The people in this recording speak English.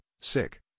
sick